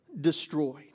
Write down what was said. destroyed